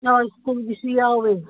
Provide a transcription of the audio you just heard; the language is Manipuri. ꯑꯥ ꯁ꯭ꯀꯨꯜꯒꯤꯁꯨ ꯌꯥꯎꯏ